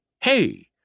Hey